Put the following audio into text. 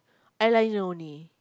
eyeliner only